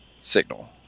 signal